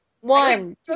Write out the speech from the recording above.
one